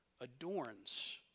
adorns